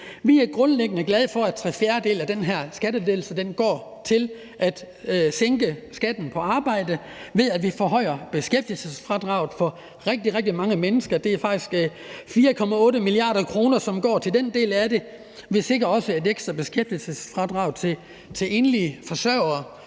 Vi er grundlæggende glade for, at tre fjerdedele af den her skattelettelse går til at sænke skatten på arbejde, ved at vi forhøjer beskæftigelsesfradraget for rigtig, rigtig mange mennesker. Det er faktisk 4,8 mia. kr., som går til den del af det, og der er også et ekstra beskæftigelsesfradrag til enlige forsørgere.